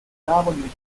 tavoli